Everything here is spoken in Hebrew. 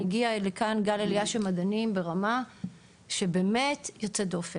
הגיע לכאן גל עליה של מדענים שבאמת ברמה יוצאת דופן.